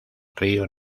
río